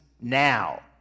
now